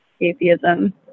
atheism